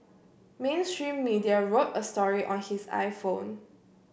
mainstream media wrote a story on his I Phone